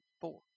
four